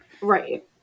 Right